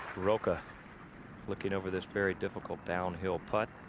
rocca looking over this very difficult down hill putt.